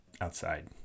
outside